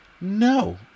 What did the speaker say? No